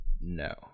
No